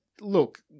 look